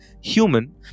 human